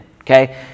okay